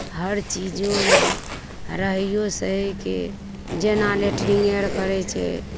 हर चीजोमे रहैयो सहएके जेना लेटरिंगे आर करैत छै